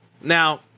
Now